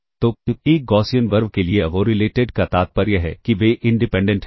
तो एक Gaussian RV के लिए अनकोरिलेटेड का तात्पर्य है कि वे इंडिपेंडेंट हैं